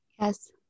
Yes